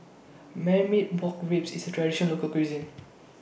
Marmite Pork Ribs IS A Traditional Local Cuisine